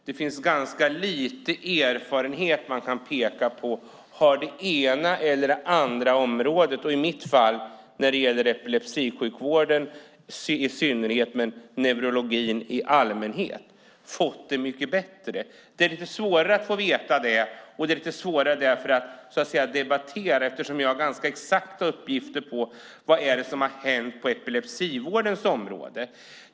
Det finns ganska lite erfarenhet man kan peka på där det ena eller det andra området, i det här fallet epilepsisjukvården i synnerhet och neurologi i allmänhet, blivit mycket bättre. Det är svårt att veta och svårt att debattera. Jag har ganska exakta uppgifter på vad som har hänt på epilepsisjukvårdens område.